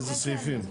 איזה סעיפים?